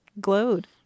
glowed